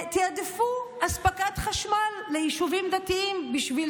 תיעדפו אספקת חשמל ליישובים דתיים בשביל